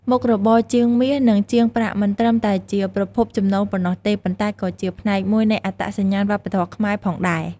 មុខរបរជាងមាស និងជាងប្រាក់មិនត្រឹមតែជាប្រភពចំណូលប៉ុណ្ណោះទេ ប៉ុន្តែក៏ជា ផ្នែកមួយនៃអត្តសញ្ញាណវប្បធម៌ខ្មែរ ផងដែរ។